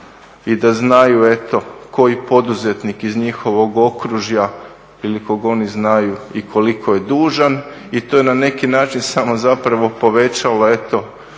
i da znaju eto koji poduzetnik iz njihovog okružja ili kog oni znaju i koliko je dužan. I to je na neki način samo zapravo povećalo